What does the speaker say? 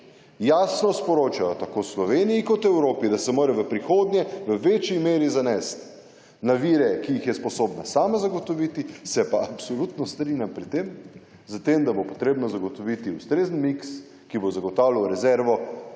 jasno sporočajo tako Sloveniji kot Evropi, da se mora v prihodnje v večji meri zanesti na vire, ki jih je sposobna sama zagotoviti. Se pa absolutno strinjam pri tem, s tem da bo potrebno zagotoviti ustrezen miks, ki bo zagotavljal rezervo